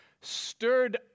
stirred